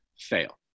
fail